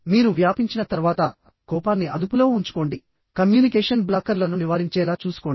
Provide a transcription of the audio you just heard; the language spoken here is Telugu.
మీరు వ్యాపించిన తర్వాత కోపాన్ని అదుపులో ఉంచుకోండి కమ్యూనికేషన్ బ్లాకర్లను నివారించేలా చూసుకోండి